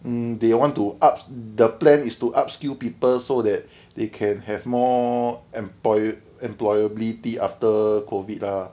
mm they want to up the plan is to upskill people so that they can have more employa~ employability after COVID lah